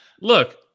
Look